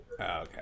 okay